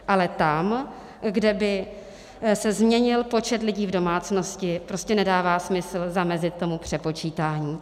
Ale tam, kde by se změnil počet lidí v domácnosti, prostě nedává smysl zamezit tomu přepočítání.